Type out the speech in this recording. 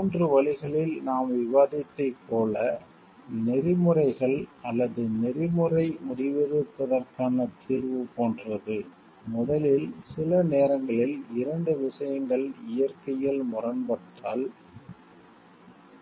3 வழிகளில் நாம் விவாதித்ததைப் போல நெறிமுறைகள் எதிக்ஸ் அல்லது நெறிமுறை எதிக்ஸ் முடிவெடுப்பதற்கான தீர்வு போன்றது முதலில் சில நேரங்களில் 2 விஷயங்கள் இயற்கையில் முரண்பட்டால்